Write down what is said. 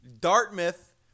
Dartmouth